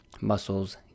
Muscles